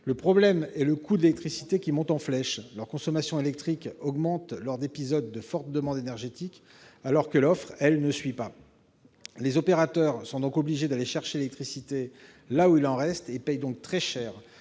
Le problème est le coût de l'électricité qui monte en flèche. Leur consommation électrique augmente lors d'épisodes de forte demande énergétique, alors que l'offre, elle, ne suit pas. Les opérateurs sont donc obligés d'aller chercher l'électricité là où il en reste et paient donc très cher.